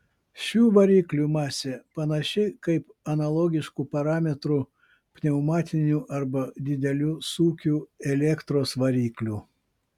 šių variklių masė panaši kaip analogiškų parametrų pneumatinių arba didelių sūkių elektros variklių